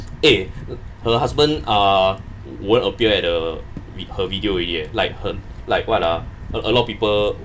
eh her husband uh won't appear at the her video already eh like her like what ah her a lot of people